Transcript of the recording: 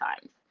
times